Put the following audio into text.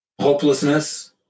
Hopelessness